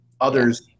others